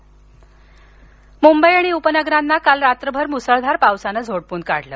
मुंबई पाऊस मुंबई आणि उपनगरांना काल रात्रभर मुसळधार पावसानं झोडपून काढलं